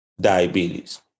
diabetes